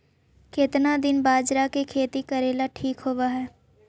केतना दिन बाजरा के खेती करेला ठिक होवहइ?